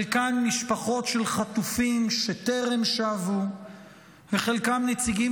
חלקם ממשפחות של חטופים שטרם שבו וחלקם נציגים